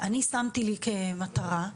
אני שמתי לי כמטרה,